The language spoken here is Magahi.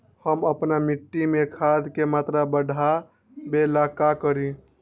हम अपना मिट्टी में खाद के मात्रा बढ़ा वे ला का करी?